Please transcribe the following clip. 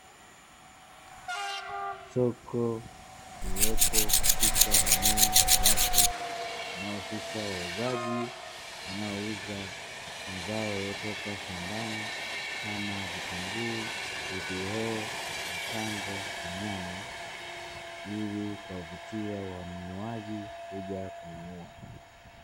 Soko liliopo katika eneo la wazi inahusisha wauzaji wanaouza mazao yaliyotoka shambani kama vitunguu, pilipili hoho, matango na nyanya ili kuwavutia wanunuaji kuja kununua.